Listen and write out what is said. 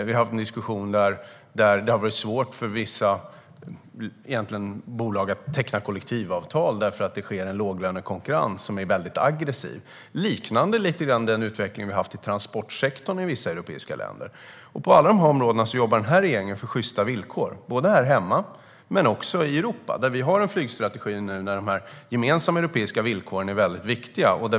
Vi har haft en diskussion där det har varit svårt för vissa bolag att teckna kollektivavtal eftersom det sker en låglönekonkurrens som är väldigt aggressiv. Detta liknar lite grann den utveckling vi har sett i transportsektorn i vissa europeiska länder. På alla dessa områden jobbar regeringen för sjysta villkor både här hemma och i Europa. Vi har en flygstrategi där de gemensamma europeiska villkoren är viktiga.